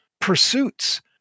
pursuits